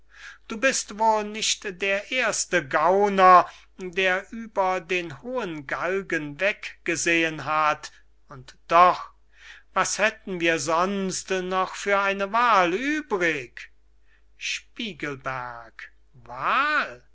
du bist wohl nicht der erste gauner der über den hohen galgen weggesehen hat und doch was hätten wir sonst noch für eine wahl übrig spiegelberg wahl